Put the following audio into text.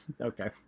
Okay